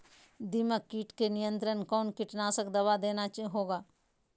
दीमक किट के नियंत्रण कौन कीटनाशक दवा देना होगा?